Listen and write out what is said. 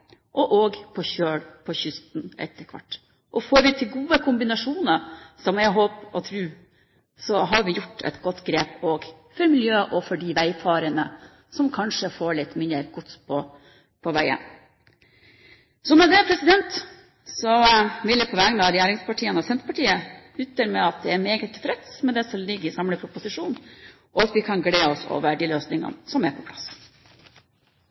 og også på kjøl på kysten etter hvert. Får vi til gode kombinasjoner, som jeg håper og tror, har vi gjort et godt grep også for miljøet og for de veifarende, fordi vi kanskje får litt mindre gods på veiene. Med det vil jeg på vegne av regjeringspartiene – og Senterpartiet – slutte med å si at jeg er meget tilfreds med det som ligger i samleproposisjonen. Vi kan glede oss over de løsningene som er på plass.